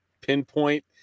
pinpoint